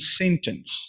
sentence